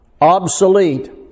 obsolete